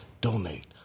donate